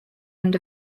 end